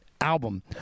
album